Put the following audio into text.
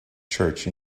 church